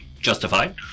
Justified